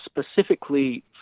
specifically